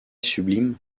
sublime